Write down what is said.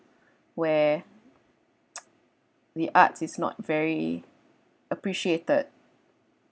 where the arts is not very appreciated